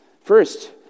First